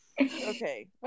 Okay